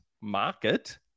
market